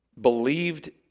believed